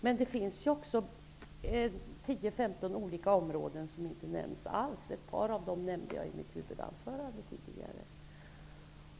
Men det finns också 10--15 olika områden som inte nämns alls. Ett par av dem nämnde jag i mitt huvudanförande tidigare.